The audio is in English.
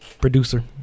Producer